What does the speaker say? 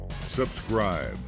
subscribe